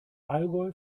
allgäu